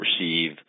receive